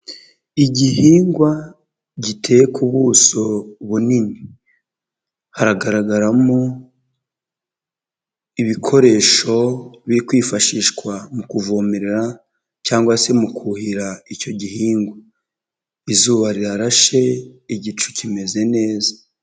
Igihingwa giteye ku buso bunini, haragaragaramo ibikoresho biri kwifashishwa mu kuvomerera cyangwa se mu kuhira icyo gihingwa, izuba rirarashe, igicu kimeze neza.